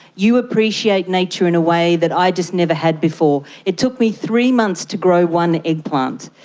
you appreciate nature in a way that i just never had before. it took me three months to grow one eggplant.